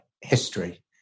history